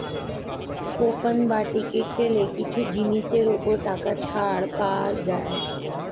coupon বা ticket পেলে কিছু জিনিসের ওপর টাকা ছাড় পাওয়া যায়